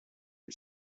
and